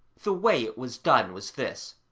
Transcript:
the way it was done was this.